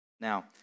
Now